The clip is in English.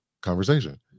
conversation